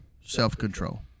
self-control